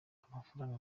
amafaranga